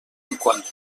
cinquanta